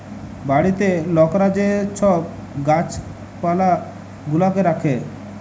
বাড়িতে লকরা যে ছব গাহাচ পালা গুলাকে রাখ্যে